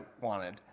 wanted